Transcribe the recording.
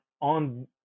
on